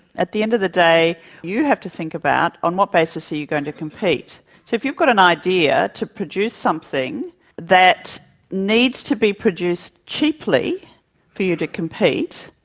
at the end of the day you have to think about on what basis are you going to compete. so if you've got an idea to produce something that needs to be produced cheaply for you to compete,